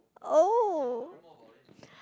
oh